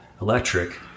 electric